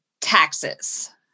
taxes